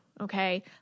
okay